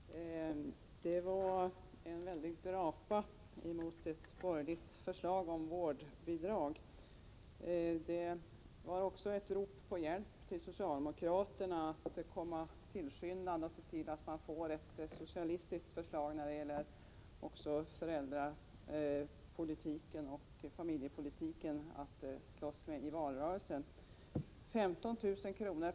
Herr talman! Det var en väldig drapa mot ett borgerligt förslag om vårdnadsbidrag. Det var också ett rop på hjälp till socialdemokraterna att komma tillskyndande och se till att man får ett socialistiskt förslag om föräldrapolitiken och familjepolitiken att slåss med i valrörelsen. 15 000 kr.